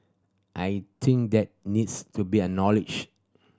I think that needs to be acknowledged